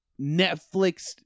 Netflix